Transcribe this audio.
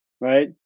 right